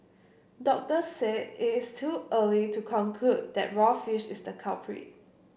doctors said it is too early to conclude that raw fish is the culprit